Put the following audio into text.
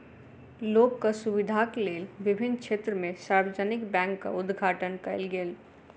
लोकक सुविधाक लेल विभिन्न क्षेत्र में सार्वजानिक बैंकक उद्घाटन कयल गेल